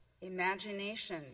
imagination